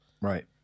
right